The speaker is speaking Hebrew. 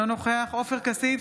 נוכח עופר כסיף,